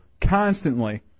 constantly